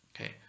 Okay